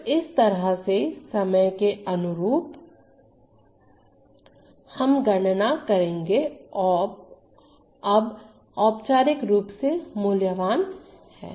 तो इस तरह से समय के अनुरूप हम गणना करेंगे अब औपचारिक रूप से मूल्यवान है